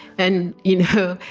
then in her,